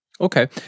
Okay